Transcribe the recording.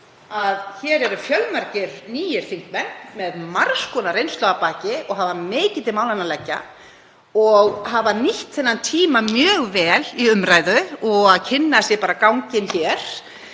Hér eru fjölmargir nýir þingmenn með margs konar reynslu að baki sem hafa mikið til málanna að leggja og hafa nýtt þennan tíma mjög vel í umræðu og að kynna sér ganginn hér.